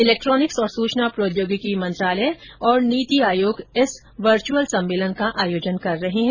electronics और सूचना प्रौद्योगिकी मंत्रालय तथा नीति आयोग इस वर्चुअल सम्मेलन का आयोजन कर रहे हैं